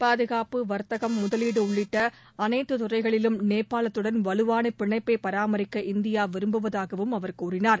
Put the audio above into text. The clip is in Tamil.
பாதுகாப்பு வர்த்தகம் முதலீடு உள்ளிட்ட அனைத்து துறைகளிலும் நேபாளத்துடன் வலுவான பிணைப்பை பராமரிக்க இந்தியா விரும்புவதாகவும் அவர் கூறினார்